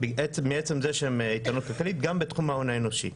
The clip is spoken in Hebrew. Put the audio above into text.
מעצם זה שהן איתנות כלכלית, גם בתחום ההון האנושי.